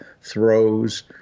throws